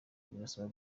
birasaba